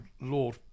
Lord